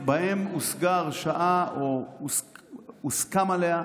שבהם הושגה הרשעה, או הוסכם עליה,